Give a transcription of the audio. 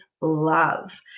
love